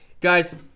Guys